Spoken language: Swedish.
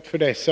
allmänt underhåll.